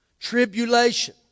Tribulation